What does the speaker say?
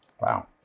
wow